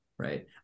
right